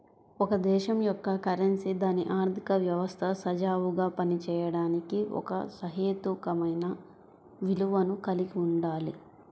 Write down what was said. ఒక దేశం యొక్క కరెన్సీ దాని ఆర్థిక వ్యవస్థ సజావుగా పనిచేయడానికి ఒక సహేతుకమైన విలువను కలిగి ఉండాలి